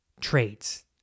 traits